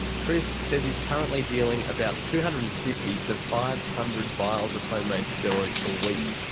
chris says he's currently dealing about two hundred and fifty to five hundred vials of homemade steroids a week,